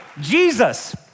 Jesus